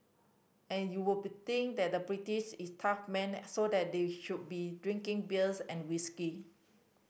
and you would be think that the British is tough men and so that they should be drinking beers and whisky